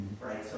right